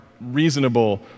reasonable